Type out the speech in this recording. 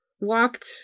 walked